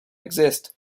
exist